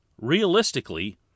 Realistically